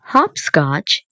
Hopscotch